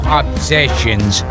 obsessions